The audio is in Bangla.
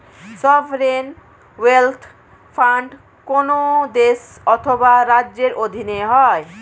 সভরেন ওয়েলথ ফান্ড কোন দেশ অথবা রাজ্যের অধীনে হয়